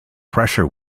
pressure